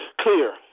Clear